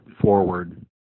forward